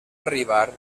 arribar